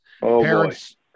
parents